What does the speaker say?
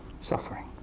suffering